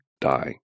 die